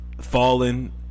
fallen